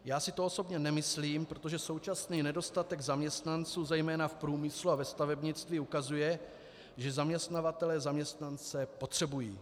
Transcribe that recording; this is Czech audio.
Já si to osobně nemyslím, protože současný nedostatek zaměstnanců zejména v průmyslu a ve stavebnictví ukazuje, že zaměstnavatelé zaměstnance potřebují.